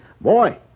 Boy